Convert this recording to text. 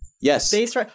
Yes